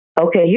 Okay